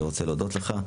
אני רוצה להודות לך.